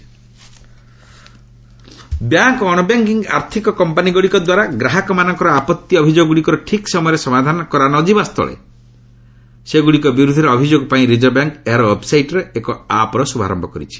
RBI NBFC bank ଓ ଅଣବ୍ୟାଙ୍କିଙ୍ଗ ଆର୍ଥକ କମ୍ପାନୀଗ୍ରଡ଼ିକ ଦ୍ୱାରା ଗ୍ରାହକମାନଙ୍କର ଆପଭି ଅଭିଯୋଗ ଗୁଡ଼ିକର ଠିକ୍ ସମୟରେ ସମାଧାନ କରାନଯିବା ସ୍ଥଳେ ସେଗ୍ରଡ଼ିକ ବିର୍ଦ୍ଧରେ ଅଭିଯୋଗ ପାଇଁ ରିଜର୍ଭ ବ୍ୟାଙ୍କ ଏହାର ଓ୍ଦେବ୍ସାଇଟ୍ରେ ଏକ ଆପ୍ର ଶ୍ରଭାରୟ କରିଛି